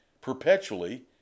perpetually